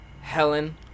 Helen